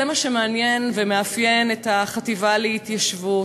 זה מה שמעניין ומאפיין את החטיבה להתיישבות.